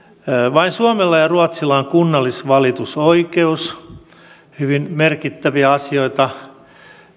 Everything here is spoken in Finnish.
vain suomella ja ruotsilla on kunnallisvalitusoikeus hyvin merkittäviä asioita